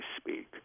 speak